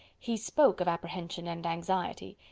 he spoke of apprehension and anxiety,